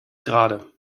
gerade